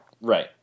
Right